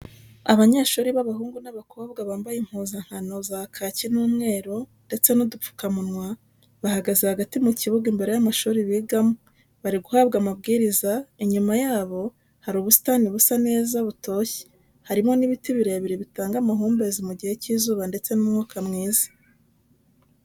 Abanyeshuri b'abahungu n'abakobwa bambaye impuzankano za kaki n'umweru ndetse n'udupfukamunwa, bahagaze hagati mu kibuga imbere y'amashuri bigamo bariguhabwa amabwiriza, inyuma yabo hari ubusitani busa neza butoshye harimo n'ibiti birebire bitanga amahumbezi mu gihe cy'izuba ndetse n'umwuka mwiza.